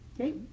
okay